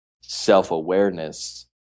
self-awareness